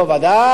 לא, ודאי.